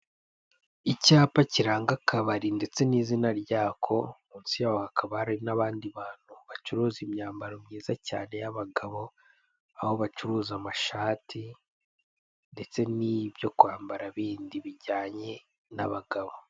Icyapa kiranga akabari ndetse n'izina ryako munsi yaho hakaba hari n'abandi bantu bacuruza imyambaro myiza cyane y'abagabo, aho bacuruza amashati ndetse n'ibyo kwambara bindi bijyanye n'abagabo.